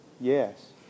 yes